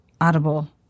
Audible